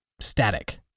static